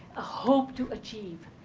ah hope to achieve?